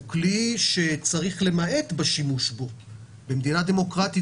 הוא כלי שצריך למעט בשימוש בו במדינה דמוקרטית.